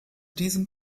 diesem